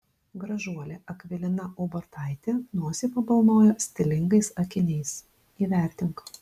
gražuolė akvilina ubartaitė nosį pabalnojo stilingais akiniais įvertink